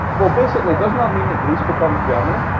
well, basically doesn't that mean that greece becomes germany?